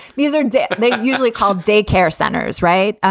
these are debt. and they usually called daycare centers. right.